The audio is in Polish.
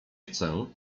chcę